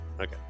Okay